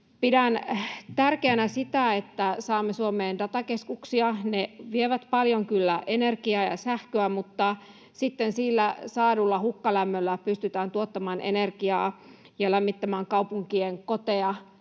Pidän tärkeänä sitä, että saamme Suomeen datakeskuksia. Ne vievät paljon kyllä energiaa ja sähköä, mutta sitten sillä saadulla hukkalämmöllä pystytään tuottamaan energiaa ja lämmittämään kaupunkien koteja